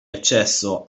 accesso